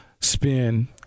spin